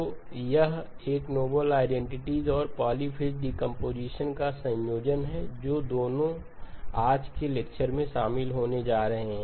तो यह एक नोबेल आईडेंटिटीज और पॉलिफेज डीकंपोजिशन का एक संयोजन है जो दोनों आज के लेक्चरमें शामिल होने जा रहे हैं